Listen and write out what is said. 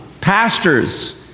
Pastors